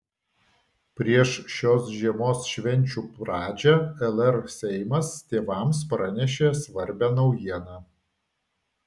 prieš šios žiemos švenčių pradžią lr seimas tėvams pranešė svarbią naujieną